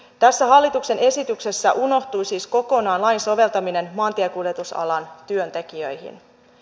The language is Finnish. tässä hallituksen esityksessä unohtui siis kokonaan lain soveltaminen maantiekuljetusalan työntekijöihin